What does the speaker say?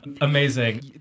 Amazing